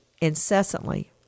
incessantly